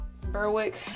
Berwick